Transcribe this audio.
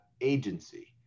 agency